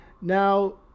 Now